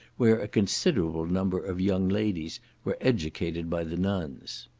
where a considerable number of young ladies were educated by the nuns.